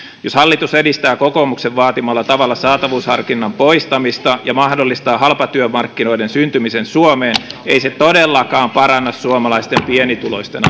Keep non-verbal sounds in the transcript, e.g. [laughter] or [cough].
jos hallitus edistää kokoomuksen vaatimalla tavalla saatavuusharkinnan poistamista ja mahdollistaa halpatyömarkkinoiden syntymisen suomeen ei se todellakaan paranna suomalaisten pienituloisten [unintelligible]